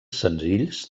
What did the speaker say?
senzills